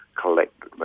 collect